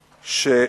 פה?